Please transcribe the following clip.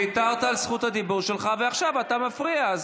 ויתרת על זכות הדיבור שלך, ועכשיו אתה מפריע.